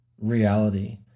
reality